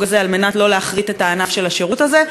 הזה על מנת שלא להכרית את הענף של השירות הזה?